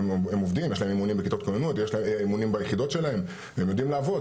יש להם אימונים ביחידות שלהם והם יודעים לעבוד.